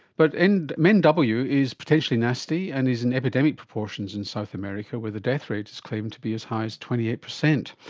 but men w is potentially nasty and is in epidemic proportions in south america where the death rate is claimed to be as high as twenty eight percent.